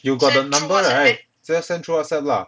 you got the number right just send through whatsapp lah